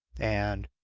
and